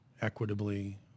equitably